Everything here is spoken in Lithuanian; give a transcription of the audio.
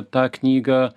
tą knygą